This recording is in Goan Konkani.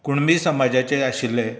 कुणबी समाजाचे आशिल्लें